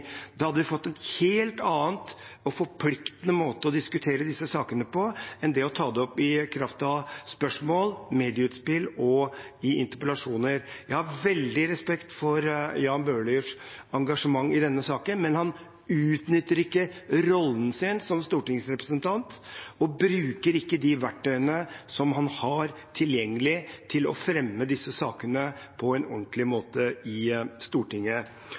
Da hadde vi fått en helt annen og forpliktende måte å diskutere disse sakene på enn det å ta dem opp i kraft av spørsmål, medieutspill og interpellasjoner. Jeg har veldig respekt for Jan Bøhlers engasjement i denne saken, men han utnytter ikke rollen sin som stortingsrepresentant og bruker de verktøyene han har tilgjengelig, til å fremme disse sakene på en ordentlig måte i Stortinget.